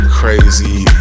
crazy